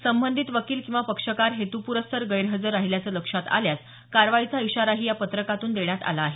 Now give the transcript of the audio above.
संबंधित वकील किंवा पक्षकार हेतुपरस्परर गैरहजर राहिल्याचं लक्षात आल्यास कारवाईचा इशाराही या पत्रकात देण्यात आला आहे